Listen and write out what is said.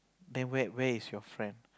then where where is your friend